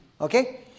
Okay